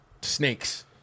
snakes